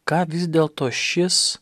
ką vis dėlto šis